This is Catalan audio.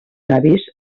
avis